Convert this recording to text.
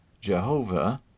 Jehovah